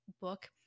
book